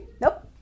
Nope